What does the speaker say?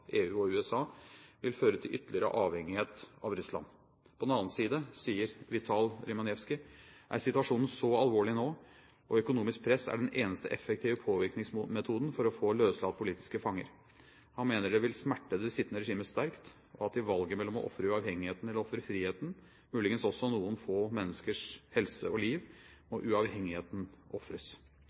EU og USA, vil føre til ytterligere avhengighet av Russland. På den annen side, sier Vital Rymasheuski, er situasjonen så alvorlig nå at økonomisk press er den eneste effektive påvirkningsmetoden for å få løslatt politiske fanger. Han mener det vil smerte det sittende regimet sterkt, og at i valget mellom å ofre uavhengigheten eller å ofre friheten, muligens også noen få menneskers helse og liv, må uavhengigheten ofres.